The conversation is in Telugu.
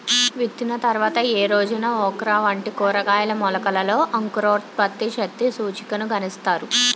విత్తిన తర్వాత ఏ రోజున ఓక్రా వంటి కూరగాయల మొలకలలో అంకురోత్పత్తి శక్తి సూచికను గణిస్తారు?